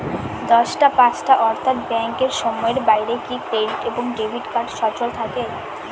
দশটা পাঁচটা অর্থ্যাত ব্যাংকের সময়ের বাইরে কি ক্রেডিট এবং ডেবিট কার্ড সচল থাকে?